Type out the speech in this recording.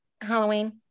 Halloween